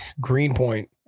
Greenpoint